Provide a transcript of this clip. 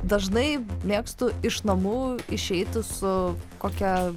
dažnai mėgstu iš namų išeiti su kokia